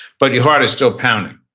but your heart is still pounding.